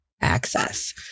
access